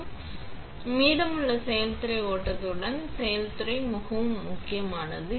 எனவே மீதமுள்ள செயல்முறை ஓட்டத்துடன் செய்முறை மிகவும் முக்கியமானது சரி